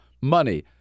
money